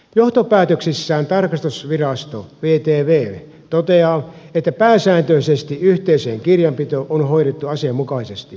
johtopäätöksissään tarkastusvirasto vtv toteaa että pääsääntöisesti yhteisöjen kirjanpito on hoidettu asianmukaisesti